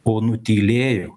o nutylėjo